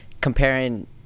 comparing